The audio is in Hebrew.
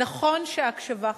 נכון שההקשבה חשובה,